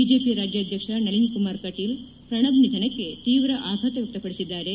BJP ರಾಜ್ಯಾಧ್ಯಕ್ಷ ನಳಿನ್ ಕುಮಾರ್ ಕಟೀಲ್ ಪ್ರಣಬ್ ನಿಧನಕ್ಕೆ ತೀವ್ರ ಆಘಾತ ವ್ಯಕ್ತಪದಿಸಿದ್ದಾರೆ